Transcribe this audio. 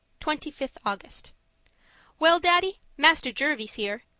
twenty fifth august well, daddy, master jervie's here.